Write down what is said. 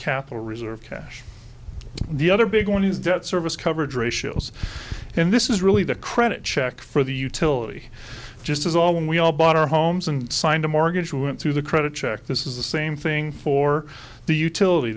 capital reserve cash the other big one is debt service coverage ratios and this is really the credit check for the utility just as all when we all bought our homes and signed a mortgage we went through the credit check this is the same thing for the utility